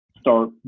start